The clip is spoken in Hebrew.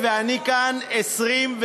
השרים,